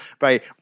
right